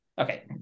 Okay